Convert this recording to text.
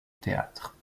théâtre